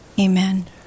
Amen